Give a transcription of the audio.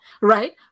right